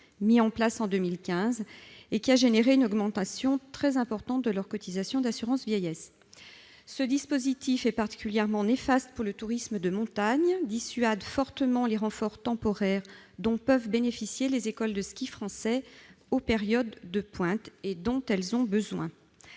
mis en place en 2015, qui a engendré une augmentation très importante de leur cotisation d'assurance vieillesse. Ce dispositif est particulièrement néfaste pour le tourisme de montagne et dissuade fortement les renforts temporaires, dont peuvent bénéficier les écoles de ski français aux périodes de pointe et dont elles ont besoin.